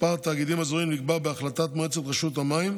מספר התאגידים האזוריים נקבע בהחלטת מועצת רשות המים,